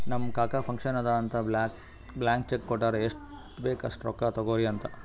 ನಮ್ ಕಾಕಾ ಫಂಕ್ಷನ್ ಅದಾ ಅಂತ್ ಬ್ಲ್ಯಾಂಕ್ ಚೆಕ್ ಕೊಟ್ಟಾರ್ ಎಷ್ಟ್ ಬೇಕ್ ಅಸ್ಟ್ ರೊಕ್ಕಾ ತೊಗೊರಿ ಅಂತ್